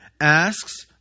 asks